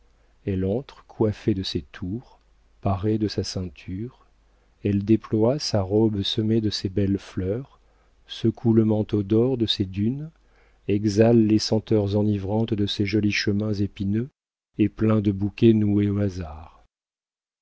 elle entre coiffée de ses tours parée de sa ceinture elle déploie sa robe semée de ses belles fleurs secoue le manteau d'or de ses dunes exhale les senteurs enivrantes de ses jolis chemins épineux et pleins de bouquets noués au hasard